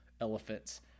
elephants